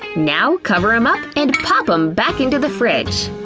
now cover em up and pop em back into the fridge!